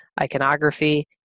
iconography